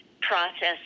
process